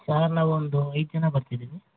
sir ನಾವೊಂದು ಐದು ಜನ ಬರ್ತಿದ್ದೀವಿ